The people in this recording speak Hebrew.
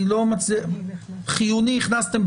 אני לא מוצא חיוני הכנסתם,